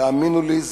תאמינו לי,